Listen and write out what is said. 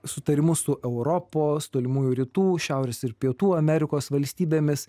sutarimus su europos tolimųjų rytų šiaurės ir pietų amerikos valstybėmis